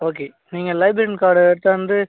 okay நீங்கள் librarian card எடுத்தாந்து